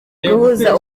guhuza